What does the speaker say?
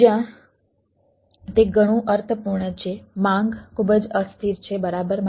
જ્યાં તે ઘણું અર્થપૂર્ણ છે માંગ ખૂબ જ અસ્થિર છે બરાબર